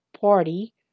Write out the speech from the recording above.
party